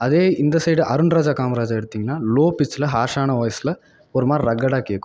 அதே இந்த சைடு அருண்ராஜா காமராஜா எடுத்தீங்கனா லோ பிச்சில் ஹார்ஷான வாய்ஸில் ஒரு மாதிரி ரகடாக கேட்கும்